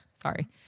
Sorry